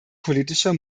politischer